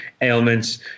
ailments